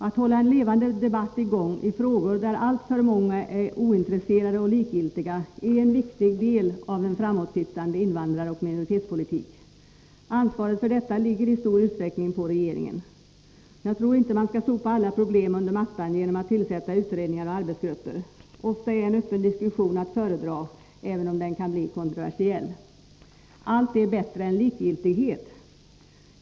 Att hålla en levande debatt i gång i frågor där alltför många är ointresserade och likgiltiga är en viktig del av en framåtsyftande invandraroch minoritetspolitik. Ansvaret för detta ligger i stor utsträckning på regeringen. Jag tror inte man skall sopa alla problem under mattan genom att tillsätta utredningar och arbetsgrupper. Ofta är en öppen diskussion att föredra även om den kan bli kontroversiell. Allt är bättre än likgiltighet.